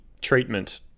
treatment